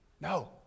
No